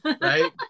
right